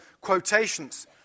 quotations